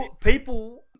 people